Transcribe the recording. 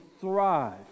thrive